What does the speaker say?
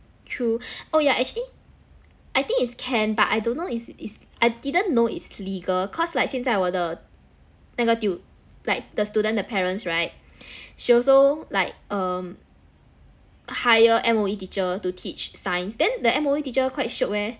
true oh yeah actually I think is can but I don't know is is I didn't know it's legal cause like 现在我的那个 tu~ like the student the parents right she also like um hire M_O_E teacher to teach science then the M_O_E teacher quite shiok eh